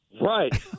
Right